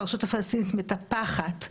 שהרשות הפלסטינית מטפחת,